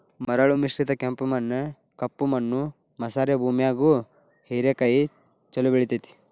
ಮರಳು ಮಿಶ್ರಿತ ಕೆಂಪು ಮಣ್ಣ, ಕಪ್ಪು ಮಣ್ಣು ಮಸಾರೆ ಭೂಮ್ಯಾಗು ಹೇರೆಕಾಯಿ ಚೊಲೋ ಬೆಳೆತೇತಿ